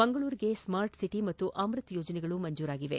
ಮಂಗಳೂರಿಗೆ smart city ಹಾಗೂ ಅಮೃತ್ ಯೋಜನೆಗಳು ಮಂಜೂರಾಗಿವೆ